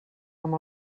amb